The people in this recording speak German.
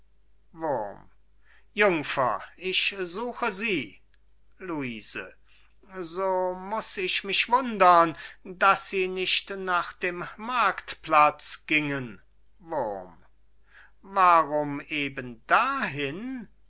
jungfer ich suche sie luise so muß ich mich wundern daß sie nicht nach dem marktplatz gingen wurm warum eben dahin